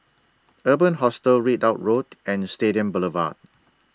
Urban Hostel Ridout Road and Stadium Boulevard